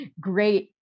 great